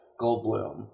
Goldblum